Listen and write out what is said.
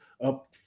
up